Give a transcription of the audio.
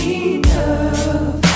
enough